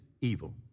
evil